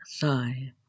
thigh